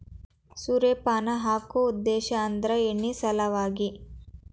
ಸೂರ್ಯಪಾನ ಹಾಕು ಉದ್ದೇಶ ಅಂದ್ರ ಎಣ್ಣಿ ಸಲವಾಗಿ